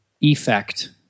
effect